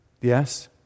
Yes